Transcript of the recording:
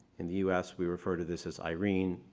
in the u s. we refer to this as irene,